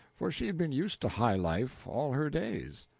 for she had been used to high life all her days.